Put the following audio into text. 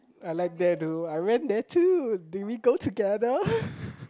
I like there though I ran there too did we go together